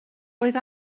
oedd